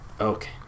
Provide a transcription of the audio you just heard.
okay